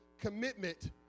commitment